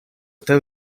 ten